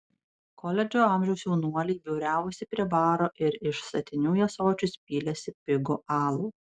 koledžo amžiaus jaunuoliai būriavosi prie baro ir iš statinių į ąsočius pylėsi pigų alų